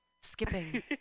skipping